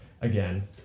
Again